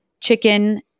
chicken